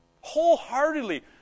Wholeheartedly